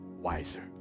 wiser